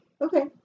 Okay